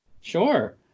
Sure